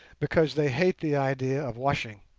because they hate the idea of washing.